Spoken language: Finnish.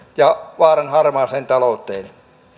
ja vaaran harmaaseen talouteen